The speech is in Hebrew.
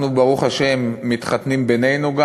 אנחנו, ברוך השם, גם מתחתנים בינינו,